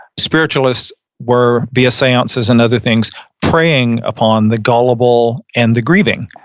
spiritualist were via sciences and other things praying upon the gullible and the grieving.